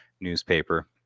newspaper